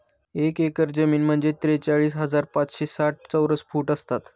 एक एकर जमीन म्हणजे त्रेचाळीस हजार पाचशे साठ चौरस फूट असतात